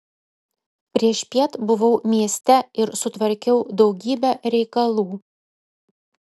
priešpiet buvau mieste ir sutvarkiau daugybę reikalų